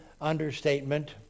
understatement